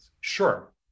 sure